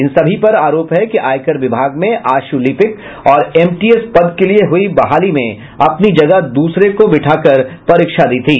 इन सभी पर आरोप है कि आयकर विभाग में आशुलिपिक और एमटीएस पद के लिए हुई बहाली में अपनी जगह दूसरे को बैठा कर परीक्षा दी थी